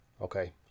Okay